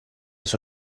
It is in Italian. sua